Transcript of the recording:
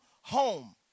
home